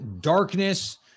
darkness